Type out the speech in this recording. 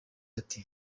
ati